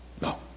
no